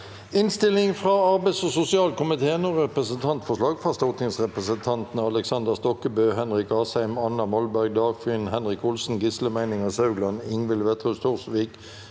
Innstilling fra arbeids- og sosialkomiteen om Representantforslag fra stortingsrepresentantene Aleksander Stokkebø, Henrik Asheim, Anna Molberg, Dagfinn Henrik Olsen, Gisle Meininger Saudland, Ingvild Wetrhus Thorsvik,